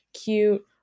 cute